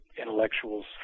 intellectuals